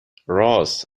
رآس